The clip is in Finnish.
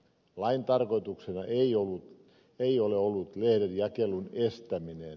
lain tarkoituksena ei ole ollut lehdenjakelun estäminen